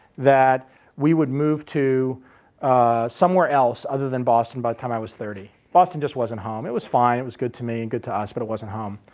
that we would move to somewhere else other than boston, by the time i was thirty. boston just wasn't home, it was fine, it was good to me, and good to us, but it wasn't home.